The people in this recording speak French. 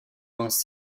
vins